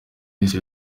wese